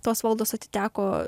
tos valdos atiteko